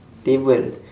table